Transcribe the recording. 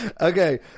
Okay